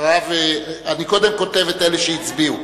אני קודם כותב את אלה שהצביעו,